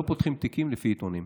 לא פותחים תיקים לפי עיתונים,